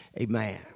Amen